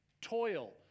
toil